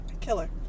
Killer